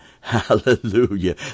hallelujah